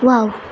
wow